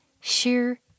sheer